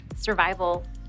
survival